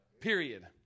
period